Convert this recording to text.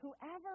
Whoever